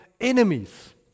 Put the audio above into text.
enemies